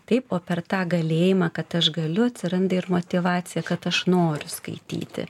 taip o per tą galėjimą kad aš galiu atsiranda ir motyvacija kad aš noriu skaityti